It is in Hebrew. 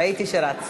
ראיתי שרצת.